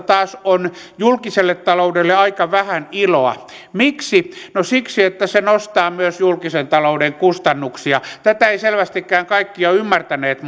taas on julkiselle taloudelle aika vähän iloa miksi no siksi että se nostaa myös julkisen talouden kustannuksia tätä eivät selvästikään kaikki ole ymmärtäneet